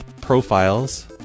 profiles